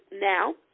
now